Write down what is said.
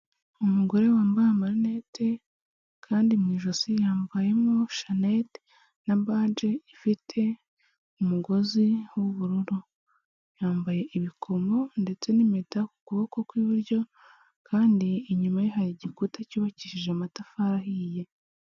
Umugore wambaye amanete kandi mu ijosi yambayemo shanete na baji, ifite umugozi w'ubururu yambaye ibikomo ndetse n'impeta ku kuboko kw'iburyo, kandi inyuma ye hari igikuta cyubakishije amatafari ahiye.